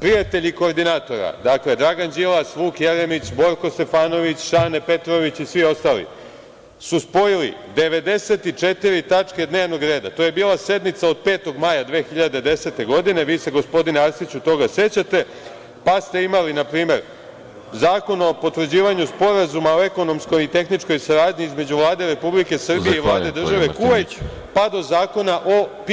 prijatelji koordinatora, dakle Dragan Đilas, Vuk Jeremić, Borko Stefanović, Šane Petrović i svi ostali su spojili 94 tačke dnevnog reda, to je bila sednica od 5. maja 2010. godine, vi se, gospodine Arsiću, toga sećate, pa ste imali npr. Zakon o potvrđivanju Sporazuma o ekonomskoj i tehničkoj saradnji između Vlade Republike Srbije i Vlade države Kuvajt, pa do zakona o PIO.